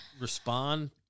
respond